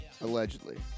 Allegedly